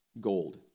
gold